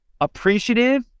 appreciative